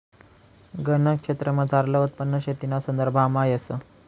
गनज क्षेत्रमझारलं उत्पन्न शेतीना संदर्भामा येस